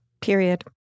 Period